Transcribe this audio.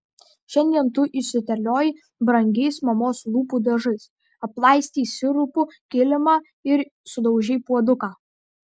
šiandien tu išsiterliojai brangiais mamos lūpų dažais aplaistei sirupu kilimą ir sudaužei puoduką